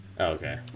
Okay